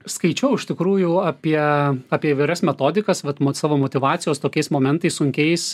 skaičiau iš tikrųjų apie apie įvairias metodikas vat savo motyvacijos tokiais momentais sunkiais